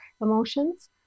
emotions